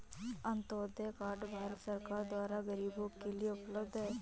Antyodaya card Bharat सरकार द्वारा गरीबो के लिए उपलब्ध है